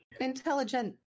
intelligent